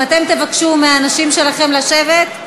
אם אתם תבקשו מהאנשים שלכם לשבת,